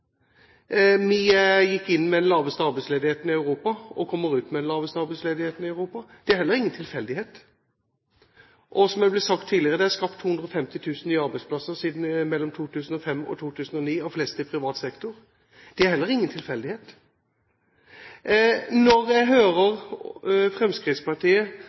Vi gikk inn i den med den laveste arbeidsledigheten i Europa og kommer ut med den laveste arbeidsledigheten i Europa. Det er heller ingen tilfeldighet. Som det ble sagt tidligere: Det er skapt 250 000 nye arbeidsplasser mellom 2005 og 2009, og de fleste i privat sektor. Det er heller ingen tilfeldighet. Når jeg hører Fremskrittspartiet